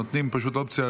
נותנים פשוט אופציה